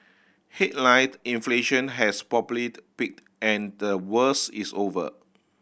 headline inflation has probably peaked and the worst is over